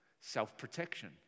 Self-protection